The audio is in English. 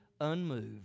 unmoved